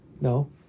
No